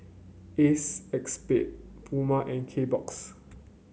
Acexspade Pura and Kbox